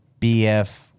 BF